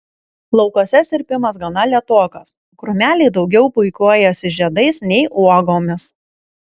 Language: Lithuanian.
laukuose sirpimas gana lėtokas krūmeliai daugiau puikuojasi žiedais nei uogomis